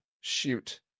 Shoot